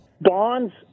Bonds